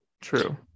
true